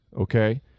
okay